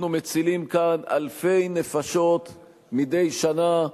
אנחנו מצילים כאן אלפי נפשות מדי שנה,